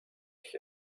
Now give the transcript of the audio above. ich